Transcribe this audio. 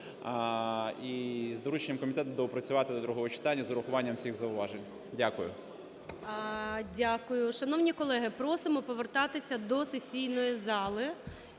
і з дорученням комітету доопрацювати до другого читання з урахуванням всіх зауважень. Дякую. ГОЛОВУЮЧИЙ. Дякую. Шановні колеги, просимо повертатися до сесійної зали.